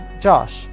Josh